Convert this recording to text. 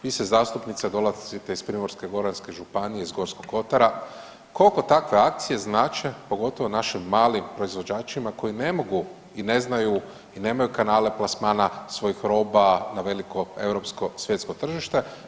Vi se zastupnice, dolazite iz Primorsko-goranske županije, iz Gorskog Kotara, kolko takve akcije znače, pogotovo našim malim proizvođačima koji ne mogu i ne znaju, i nemaju kanale plasmana svojih roba na veliko, europsko, svjetsko tržište.